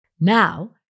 Now